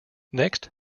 next